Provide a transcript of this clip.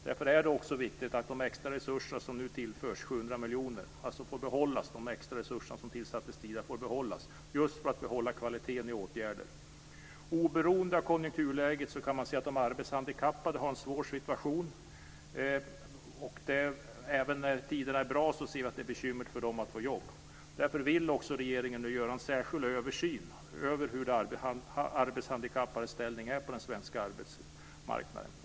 Därför är det viktigt att de extra resurser, 700 miljoner, som tillsattes tidigare får behållas för att behålla kvaliteten i åtgärderna. Oberoende av konjunkturläget kan man säga att de arbetshandikappade har en svår situation. Även när tiderna är bra ser vi att det är bekymmersamt för dem att få jobb. Därför vill regeringen nu göra en särskild översyn av hur de arbetshandikappades ställning är på den svenska arbetsmarknaden.